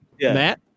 Matt